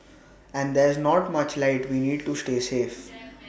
and there's not much light we need to stay safe